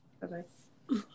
Bye-bye